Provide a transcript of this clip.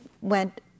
went